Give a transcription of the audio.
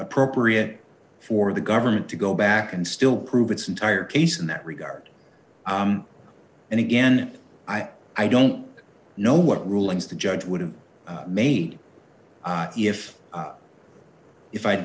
appropriate for the government to go back and still prove its entire case in that regard and again i i don't know what rulings the judge would have made if if i'd